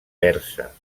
persa